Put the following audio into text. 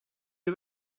you